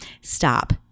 stop